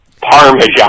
Parmesan